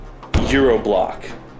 Euroblock